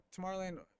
Tomorrowland